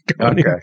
Okay